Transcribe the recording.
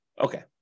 Okay